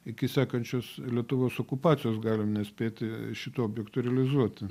iki sekančios lietuvos okupacijos galim nespėti šito objekto realizuoti